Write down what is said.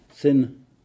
Thin